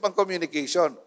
communication